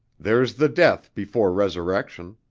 there's the death before resurrection.